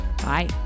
Bye